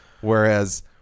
Whereas